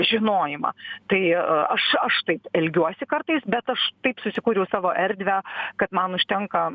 žinojimą tai aš aš taip elgiuosi kartais bet aš taip susikūriau savo erdvę kad man užtenka